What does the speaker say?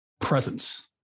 presence